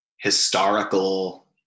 historical